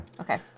Okay